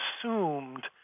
assumed